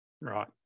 Right